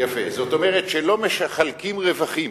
יפה, זאת אומרת, לא מחלקים רווחים.